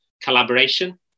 collaboration